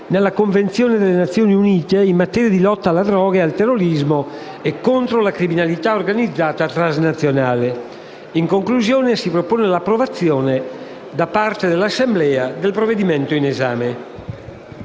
delle Convenzioni delle Nazioni Unite in materia di lotta alla droga e al terrorismo e contro la criminalità organizzata transnazionale. In conclusione, si propone l'approvazione da parte dell'Assemblea del provvedimento in esame.